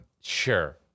Sure